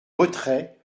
retrait